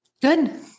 Good